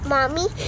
Mommy